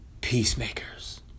peacemakers